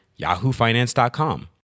yahoofinance.com